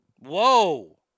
Whoa